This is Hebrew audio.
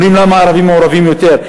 אומרים: למה הערבים מעורבים יותר?